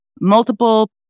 multiple